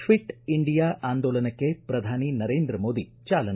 fit India ಆಂದೋಲನಕ್ಕೆ ಪ್ರಧಾನಿ ನರೇಂದ್ರ ಮೋದಿ ಚಾಲನೆ